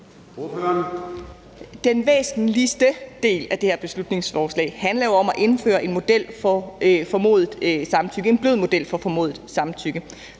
Den væsentligste del af det her beslutningsforslag handler jo om at indføre en model for formodet samtykke